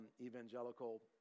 evangelical